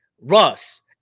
Russ